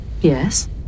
Yes